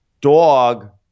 Dog